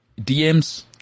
DMs